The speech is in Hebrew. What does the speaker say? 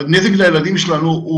הנזק לילדים שלנו,